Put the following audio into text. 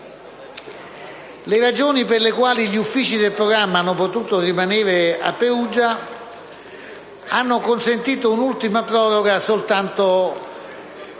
Le ragioni per le quali gli uffici del Programma hanno potuto rimanere a Perugia hanno consentito un'ultima proroga soltanto fino